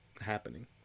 happening